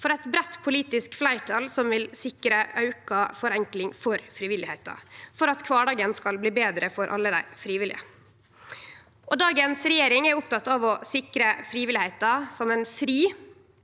for eit breitt politisk fleirtal som vil sikre auka forenkling for frivilligheita, for at kvardagen skal bli betre for alle dei frivillige. Dagens regjering er oppteken av å sikre at frivilligheita er fri